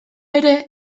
ere